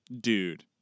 dude